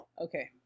Okay